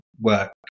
work